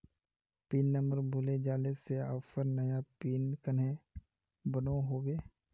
Pin number भूले जाले से ऑफर नया पिन कन्हे बनो होबे?